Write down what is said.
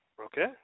Okay